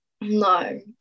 No